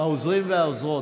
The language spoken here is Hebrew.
העוזרים והעוזרות,